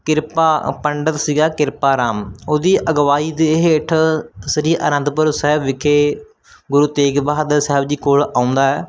ਕਿਰਪਾ ਪੰਡਤ ਸੀਗਾ ਕਿਰਪਾ ਰਾਮ ਉਹਦੀ ਅਗਵਾਈ ਦੇ ਹੇਠ ਸ਼੍ਰੀ ਅਨੰਦਪੁਰ ਸਾਹਿਬ ਵਿਖੇ ਗੁਰੂ ਤੇਗ ਬਹਾਦਰ ਸਾਹਿਬ ਜੀ ਕੋਲ ਆਉਂਦਾ ਹੈ